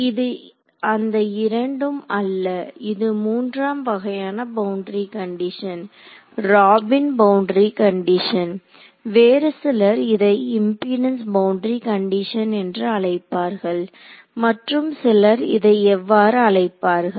இது அந்த இரண்டும் அல்ல இது மூன்றாம் வகையான boundary condition Robin boundary condition வேறு சிலர் இதை இம்பீடன்ஸ் பவுண்டரி கண்டிஷன் என்று அழைப்பார்கள் மற்றும் சிலர் இதை எவ்வாறு அழைப்பார்கள்